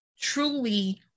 truly